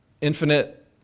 infinite